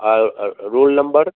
a roll number